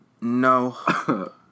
No